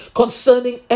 concerning